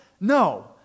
no